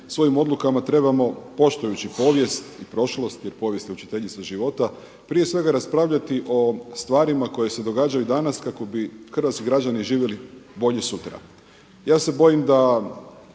svojim odlukama trebamo poštujući povijest i prošlost jer povijest je učiteljica života, prije svega raspravljati o stvarima koje se događaju danas kako bi hrvatski građani živjeli bolje sutra.